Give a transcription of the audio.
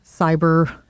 cyber